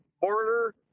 border